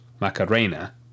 Macarena